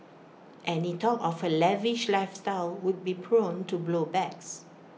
any talk of her lavish lifestyle would be prone to blow backs